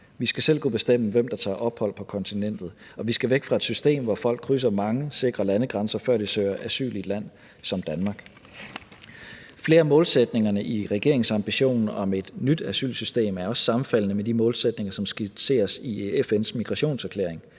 Vi skal selv kunne bestemme, hvem der tager ophold på kontinentet, og vi skal væk fra et system, hvor folk krydser mange sikre landegrænser, før de søger asyl i et land som Danmark. Flere af målsætningerne i regeringens ambition om et nyt asylsystem er også sammenfaldende med de målsætninger, som skitseres i FN's migrationserklæring.